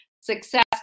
success